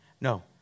No